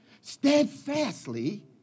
steadfastly